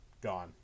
Gone